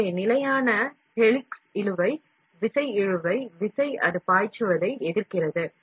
எனவே ஒரு நிலையான ஹெலிக்ஸ் கோணத்திற்கு barrel ல் திருகு காரணமாக ஏற்படும் அளவீட்டு ஓட்டம் இழுவை ஓட்டம் QD என அழைக்கப்படுகிறது